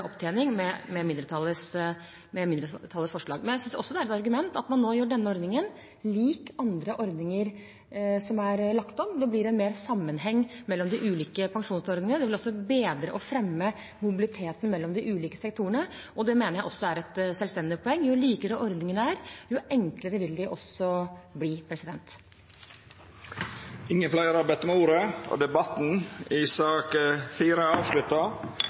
med mindretallets forslag. Jeg synes også det er et argument at man nå gjør denne ordningen lik andre ordninger som er lagt om. Det blir en bedre sammenheng mellom de ulike pensjonsordningene. Det vil også bedre og fremme mobiliteten mellom de ulike sektorene, og det mener jeg er et selvstendig poeng. Jo likere ordningene er, jo enklere vil de også bli. Replikkordskiftet er omme. Fleire har ikkje bedt om ordet til sak nr. 4. Dermed er